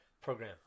program